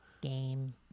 game